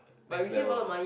next level